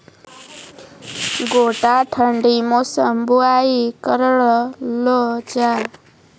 गोटा ठंडी मौसम बुवाई करऽ लो जा?